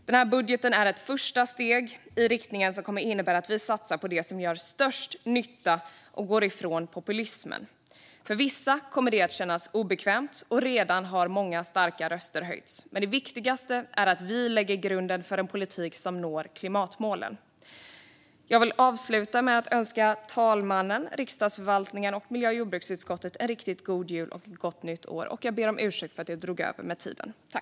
Den här budgeten är ett första steg i en riktning som kommer att innebära att vi satsar på det som gör störst nytta och går ifrån populismen. För vissa kommer det att kännas obekvämt, och redan har många starka röster höjts. Men det viktigaste är att vi lägger grunden för en politik som når klimatmålen. Jag vill avsluta med att önska talmannen, Riksdagsförvaltningen och miljö och jordbruksutskottet en riktigt god jul och ett gott nytt år. Jag ber om ursäkt för att jag dragit över min talartid.